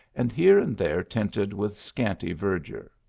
and here and there tinted with scanty verdure.